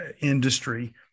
industry